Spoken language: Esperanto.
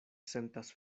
sentas